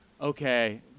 okay